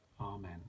Amen